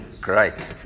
Great